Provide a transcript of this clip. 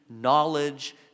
knowledge